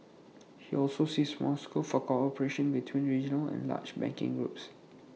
he also sees more scope for cooperation between regional and large banking groups